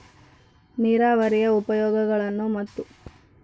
ನೇರಾವರಿಯ ಉಪಯೋಗಗಳನ್ನು ಮತ್ತು?